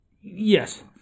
Yes